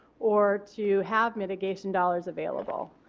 or to have mitigation dollars available.